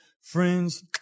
Friends